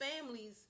families